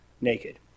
naked